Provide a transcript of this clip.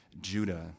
Judah